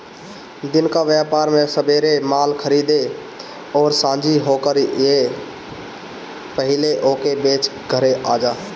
दिन कअ व्यापार में सबेरे माल खरीदअ अउरी सांझी होखला से पहिले ओके बेच के घरे आजा